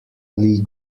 lee